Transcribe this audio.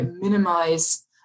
minimize